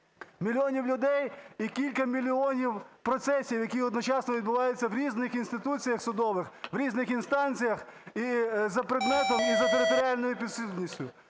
мільйонів людей і кількох мільйонів процесів, які одночасно відбуваються в різних інституціях судових, в різних інстанціях і за предметом, і за територіальною підслідністю.